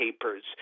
papers